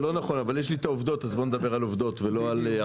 זה לא נכון אבל יש לי את העובדות אז בואו נדבר על עובדות ולא על הרגשות.